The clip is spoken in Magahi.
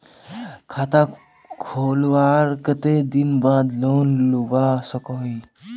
खाता खोलवार कते दिन बाद लोन लुबा सकोहो ही?